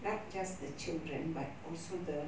not just the children but also the